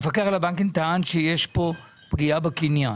המפקח על הבנקים טען שיש כאן פגיעה בקניין.